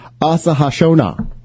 Asahashona